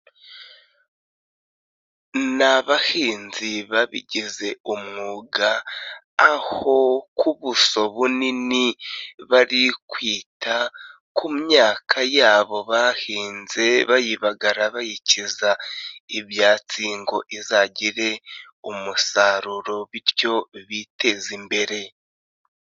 Ni abahinzi babigize umwuga, aho ku buso bunini, bari kwita ku myaka yabo bahinze, bayibaga, bayikiza, ibyatsi ngo izagire umusaruro bityo biteze imbere.